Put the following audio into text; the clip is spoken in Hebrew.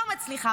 לא מצליחה.